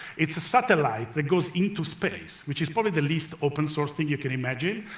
it's a satellite that goes into space, which is probably the least open-source thing you can imagine,